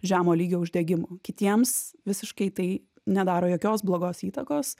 žemo lygio uždegimu kitiems visiškai tai nedaro jokios blogos įtakos